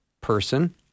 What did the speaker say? person